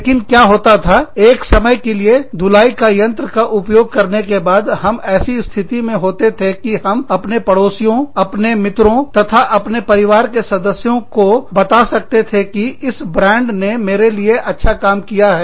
लेकिन क्या होता था एक समय के लिए धुलाई का यंत्र का उपयोग करने के बाद हम ऐसी स्थिति में होते थे कि हम अपने पड़ोसियों अपने मित्रों तथा अपने परिवार के सदस्यों को बता सकते थे कि इस ब्रांड ने मेरे लिए अच्छा काम किया है